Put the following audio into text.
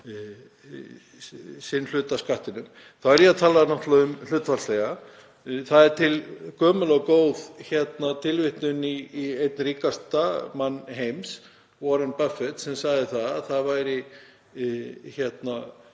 náttúrulega að tala um hlutfallslega. Það er til gömul og góð tilvitnun í einn ríkasta mann heims, Warren Buffett, sem sagði að það væri alls